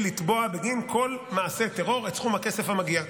לתבוע בגין כל מעשה טרור את סכום הכסף המגיע.